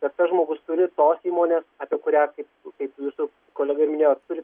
kad tas žmogus turi tos įmonės apie kurią kaip kaip jūsų kolega ir minėjo turi